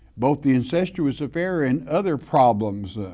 both the incestuous affair and other problems.